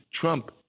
Trump